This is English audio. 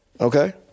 Okay